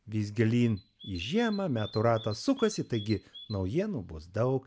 vis gilyn į žiemą metų ratas sukasi taigi naujienų bus daug